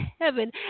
heaven